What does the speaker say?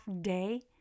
day